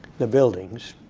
the buildings,